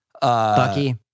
Bucky